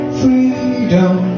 freedom